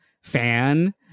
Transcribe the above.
fan